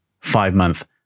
five-month